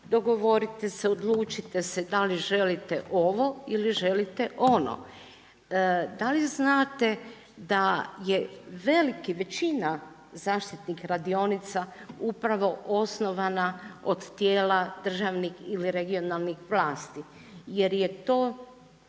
Dogovorite se, odlučite se da li želite ovo ili želite ono. Da li znate da je veliki većina zaštitnih radionica upravo osnovana od tijela državnih ili regionalnih vlasti jer je to